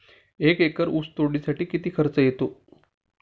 एक एकर ऊस तोडणीसाठी किती खर्च येतो?